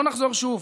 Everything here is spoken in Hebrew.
לא נחזור שוב,